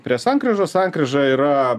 prie sankryžos sankryža yra